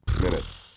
minutes